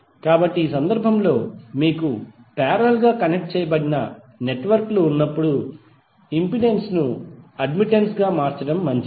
కాబట్టి ఈ సందర్భంలో మీకు పారేలల్ గా కనెక్ట్ చేయబడిన నెట్వర్క్ లు ఉన్నప్పుడు ఇంపెడెన్స్ ను అడ్మిటెన్స్ గా మార్చడం మంచిది